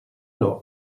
not